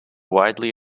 widely